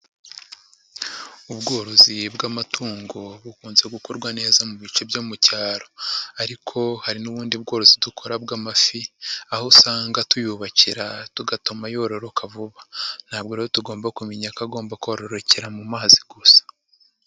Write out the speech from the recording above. Ubworozi bw'amatungo bukunze gukorwa neza mu bice byo mu cyaro ariko hari n'ubundi bworozi dukora bw'amafi aho usanga tuyubakira tugatuma yororoka vuba. Ntabwo rero tugomba kumenya ko agomba kororokera mu mazi gusa.